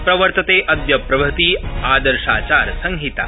प्रर्वतते अद्यप्रभृति आदर्शाचारसंहिता